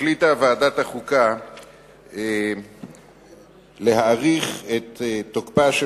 החליטה ועדת החוקה להאריך את תוקפה של